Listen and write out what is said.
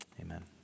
amen